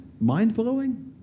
mind-blowing